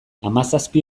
hamazazpi